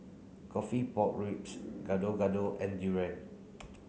coffee pork ribs Gado Gado and durian